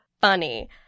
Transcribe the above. funny